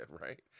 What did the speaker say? right